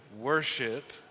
worship